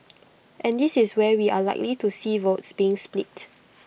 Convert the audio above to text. and this is where we are likely to see votes being split